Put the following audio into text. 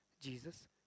Jesus